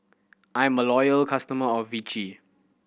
I'm a loyal customer of Vichy